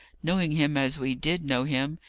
knowing him as we did know him.